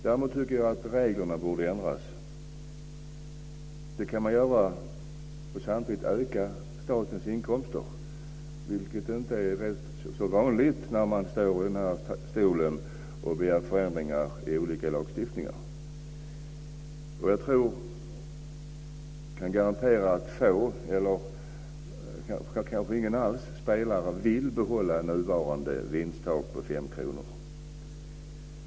Jag tycker dock att reglerna borde ändras, vilket kan ske på ett sätt som ökar statens inkomster. Det är inte så vanligt att sådana möjligheter nämns när man från denna talarstol begär förändringar i olika lagstiftningar. Jag kan garantera att knappast någon av de nuvarande spelarna vill behålla nuvarande vinsttak vid 5 kr.